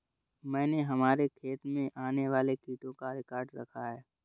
मैंने हमारे खेत में आने वाले कीटों का रिकॉर्ड रखा है